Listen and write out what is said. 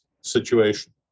situation